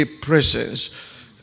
presence